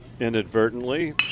inadvertently